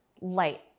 light